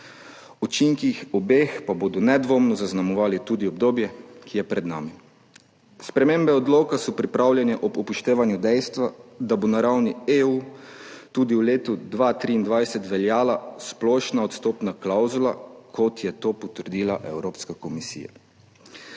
učinki obeh pa bodo nedvomno zaznamovali tudi obdobje, ki je pred nami. Spremembe odloka so pripravljene ob upoštevanju dejstva, da bo na ravni EU tudi v letu 2023 veljala splošna odstopna klavzula, kot je to potrdila Evropska komisija.